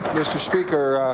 mr. speaker,